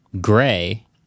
gray